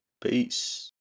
Peace